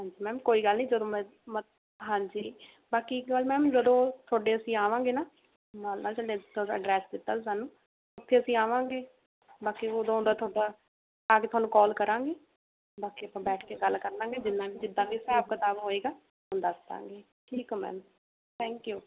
ਹਾਂਜੀ ਮੈਮ ਕੋਈ ਗੱਲ ਨਹੀਂ ਜਦੋਂ ਮ ਮ ਹਾਂਜੀ ਬਾਕੀ ਇੱਕ ਗੱਲ ਮੈਮ ਜਦੋਂ ਤੁਹਾਡੇ ਅਸੀਂ ਆਵਾਂਗੇ ਨਾ ਨਾਲ ਨਾਲ ਥੌਨੇ ਜਿੱਥੋਂ ਦਾ ਅਡਰੈੱਸ ਦਿੱਤਾ ਸਾਨੂੰ ਉੱਥੇ ਅਸੀਂ ਆਵਾਂਗੇ ਬਾਕੀ ਉਦੋਂ ਦਾ ਤੁਹਾਡਾ ਆ ਕੇ ਤੁਹਾਨੂੰ ਕਾਲ ਕਰਾਂਗੇ ਬਾਕੀ ਆਪਾਂ ਬੈਠ ਕੇ ਗੱਲ ਕਰ ਲਵਾਂਗੇ ਜਿੰਨਾ ਵੀ ਜਿੱਦਾਂ ਵੀ ਹਿਸਾਬ ਕਿਤਾਬ ਹੋਏਗਾ ਤੁਹਾਨੂੰ ਦੱਸ ਦੇਵਾਂਗੇ ਠੀਕ ਹੈ ਮੈਮ ਥੈਂਕ ਯੂ